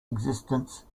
existence